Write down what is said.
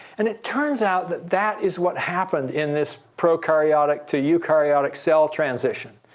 and it turns out that that is what happened in this prokaryotic to eukaryotic cell transition.